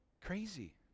Crazy